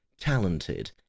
talented